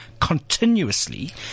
Continuously